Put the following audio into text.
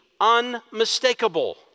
unmistakable